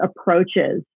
approaches